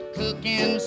cooking